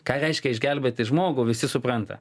ką reiškia išgelbėti žmogų visi supranta